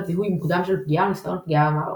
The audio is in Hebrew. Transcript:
זיהוי מוקדם של פגיעה או ניסיון פגיעה במערכות.